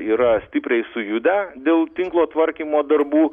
yra stipriai sujudę dėl tinklo tvarkymo darbų